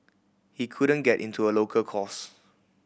he couldn't get into a local course